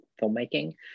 filmmaking